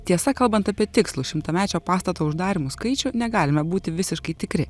tiesa kalbant apie tikslų šimtamečio pastato uždarymų skaičių negalime būti visiškai tikri